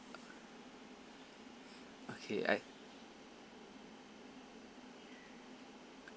okay I